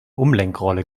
umlenkrolle